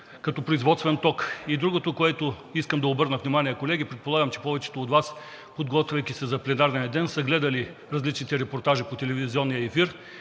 като производствен ток. И другото, на което искам да обърна внимание, колеги, предполагам, че повече от Вас, подготвяйки се за пленарния ден, са гледали различните репортажи по телевизионния ефир